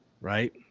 Right